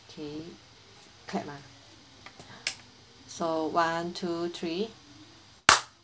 okay clap ah so one two three